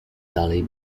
dalej